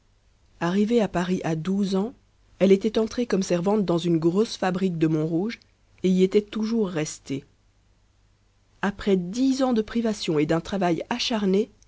arrivée à paris à douze ans elle était entrée comme servante dans une grosse fabrique de montrouge et y était toujours restée après dix ans de privations et d'un travail acharné